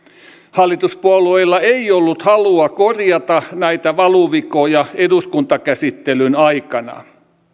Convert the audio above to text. hallituspuolueilla ei ollut halua korjata näitä valuvikoja eduskuntakäsittelyn aikana